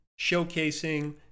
showcasing